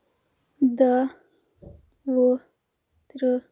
دہ وُہ ترٛہ